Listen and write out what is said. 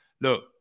look